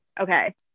Okay